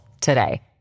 today